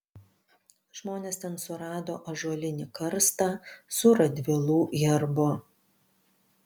žmonės ten surado ąžuolinį karstą su radvilų herbu